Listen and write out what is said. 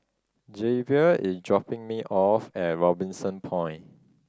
Javier is dropping me off at Robinson Point